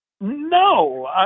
No